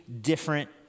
different